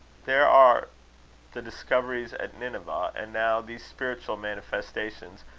there are the discoveries at nineveh and now these spiritual manifestations,